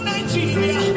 Nigeria